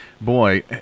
boy